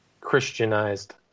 Christianized